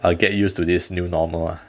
err get used to this new normal lah